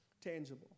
tangible